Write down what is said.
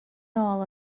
nôl